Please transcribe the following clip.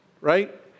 right